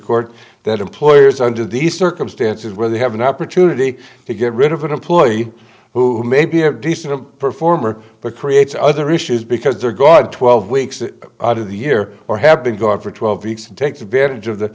court that employers under these circumstances where they have an opportunity to get rid of an employee who may be a decent performer but creates other issues because their god twelve weeks out of the year or have been gone for twelve weeks and takes advantage of the